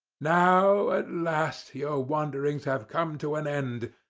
now, at last your wanderings have come to an end,